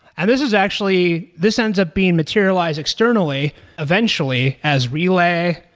and this is actually this ends up being materialized externally eventually as relay.